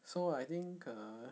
so I think uh